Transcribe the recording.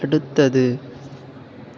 அடுத்தது